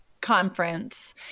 Conference